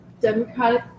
Democratic